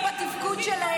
איפה את היית בקדנציה הקודמת?